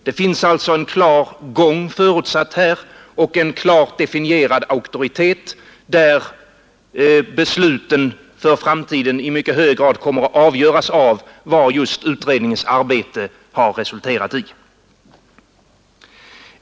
Det finns alltså en klar gång förutsatt här och en klart definierad auktoritet där besluten för framtiden i mycket hög grad kommer att avgöras av vad just utredningens arbete har resulterat i.